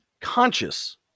conscious